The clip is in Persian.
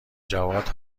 جواد